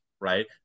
right